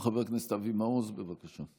חבר הכנסת אבי מעוז, בבקשה.